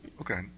Okay